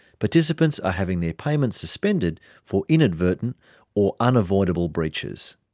participants are having their payments suspended for inadvertent or unavoidable breaches.